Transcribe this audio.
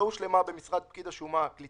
עד יום י"ח באיר התשפ"א (30 באפריל 2021); התקופה